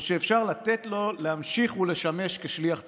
או שאפשר לתת לו להמשיך ולשמש כשליח ציבור?